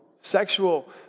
Sexual